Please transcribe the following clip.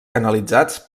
canalitzats